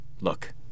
Look